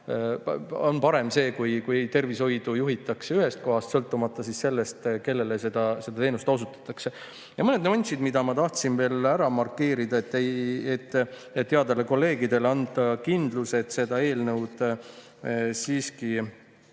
on parem see, kui tervishoidu juhitakse ühest kohast, sõltumata sellest, kellele seda teenust osutatakse. Mõned nüansid, mida ma tahtsin veel ära markeerida, et anda headele kolleegidele kindlus, et seda eelnõu siiski